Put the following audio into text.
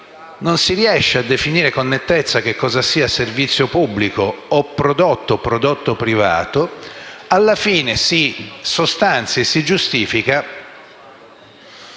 non si riesce a definire con nettezza cosa sia servizio pubblico o prodotto privato. Alla fine si sostanzia e si giustifica